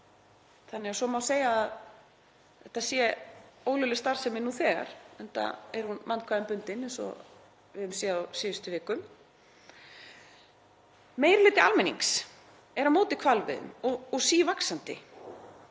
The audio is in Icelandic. þannig að svo má segja að þetta sé ólögleg starfsemi nú þegar, enda er hún vandkvæðum bundin eins og við höfum séð á síðustu vikum. Meiri hluti almennings er á móti hvalveiðum og sívaxandi